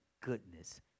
goodness